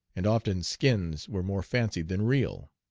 and often skins were more fancied than real.